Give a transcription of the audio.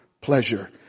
pleasure